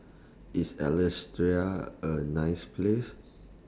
IS A nice Place